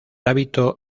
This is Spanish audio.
hábito